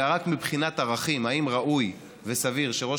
אלא רק מבחינת ערכים: האם ראוי וסביר שראש